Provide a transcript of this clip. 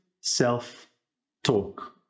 self-talk